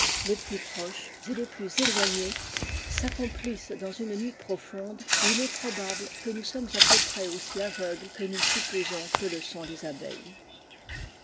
les plus proches et les plus éloignés s'accomplissent dans une nuit profonde oti il est probable que nous sommes à peu près aussi aveugles que nous supposons que le sont les abeilles